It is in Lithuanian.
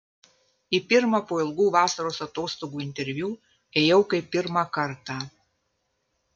į pirmą po ilgų vasaros atostogų interviu ėjau kaip pirmą kartą